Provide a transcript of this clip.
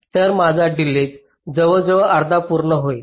तर माझा डिलेज जवळजवळ अर्धा बरोबर होईल